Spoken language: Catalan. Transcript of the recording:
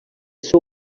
seu